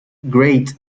great